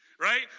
Right